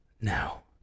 Now